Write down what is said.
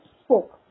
spoke